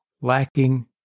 lacking